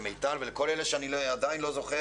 למיטל ולכל אלה שאני עדיין לא זוכר